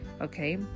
okay